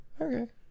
Okay